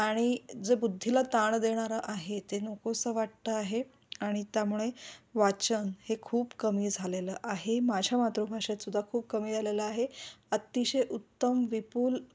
आणि जे बुद्धीला ताण देणारं आहे ते नकोसं वाटतं आहे आणि त्यामुळे वाचन हे खूप कमी झालेलं आहे माझ्या मातृभाषेतसुद्धा खूप कमी झालेलं आहे अतिशय उत्तम विपुल